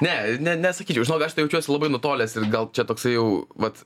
ne ne nesakyčiau žinok aš tai jaučiuos labai nutolęs ir gal čia toksai jau vat